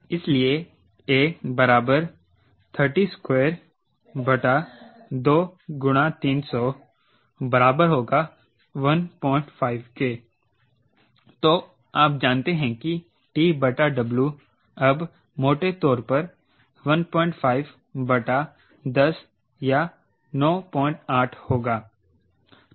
इसलिए a 3022 300 15 तो आप जानते हैं कि TW अब मोटे तौर पर 15 10 या 98 होगा